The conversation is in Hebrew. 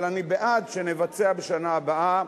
אבל אני בעד שנבצע בשנה הבאה.